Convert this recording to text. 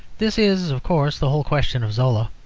this is, of course, the whole question of zola.